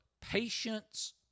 patience